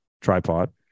Tripod